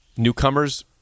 Newcomers